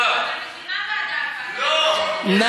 אני,